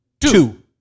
two